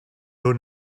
own